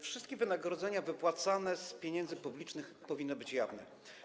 Wszystkie wynagrodzenia wypłacane z pieniędzy publicznych powinny być jawne.